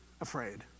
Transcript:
afraid